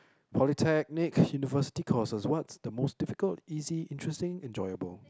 polytechnic university courses what's the most difficult easy interesting enjoyable